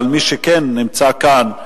אבל מי שכן נמצא כאן,